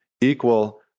equal